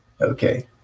Okay